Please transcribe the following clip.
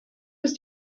ist